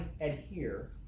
adhere